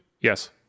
Yes